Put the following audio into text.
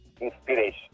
inspiration